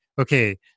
okay